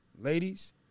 ladies